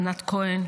ענת כהן,